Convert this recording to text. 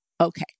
okay